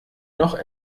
noch